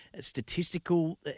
statistical